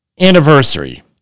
anniversary